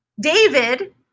David